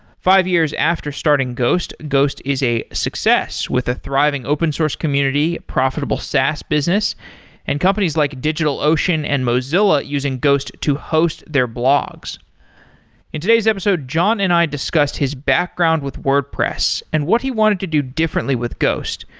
five years after starting ghost, ghost is a success with a thriving open source community, profitable saas business and companies like digitalocean and mozilla using ghost to host their blogs in today's episode, john and i discussed his background with wordpress and what he wanted to do differently with ghost,